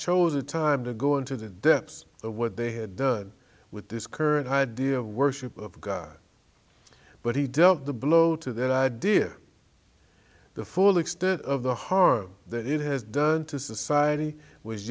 chosen a time to go into the depths of what they had done with this current idea of worship of god but he dealt the blow to that idea the full extent of the harm that it has done to society was